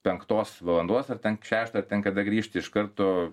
penktos valandos ar ten šeštą ten kada grįžti iš karto